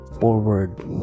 forward